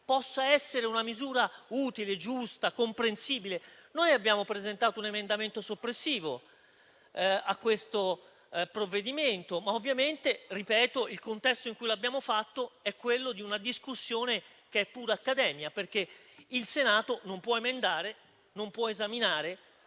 possa essere una misura utile, giusta e comprensibile? Noi abbiamo presentato un emendamento soppressivo a questa misura, ma ovviamente - ripeto - il contesto in cui l'abbiamo fatto è quello di una discussione che è pure accademia, perché il Senato non può emendare, non può esaminare,